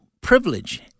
privilege